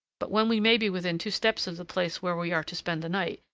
but when we may be within two steps of the place where we are to spend the night,